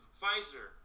Pfizer